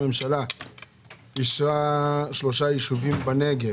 ממשלה אישרה הקמת שלושה ישובים בנגב.